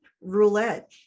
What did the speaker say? roulette